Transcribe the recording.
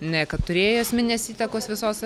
ne kad turėję esminės įtakos visos